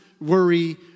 worry